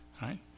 Right